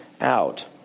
out